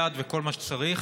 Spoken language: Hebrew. יד וכל מה שצריך.